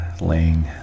laying